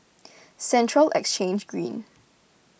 Central Exchange Green